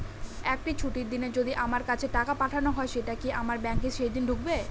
একটি ছুটির দিনে যদি আমার কাছে টাকা পাঠানো হয় সেটা কি আমার ব্যাংকে সেইদিন ঢুকবে?